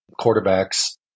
quarterbacks